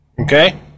Okay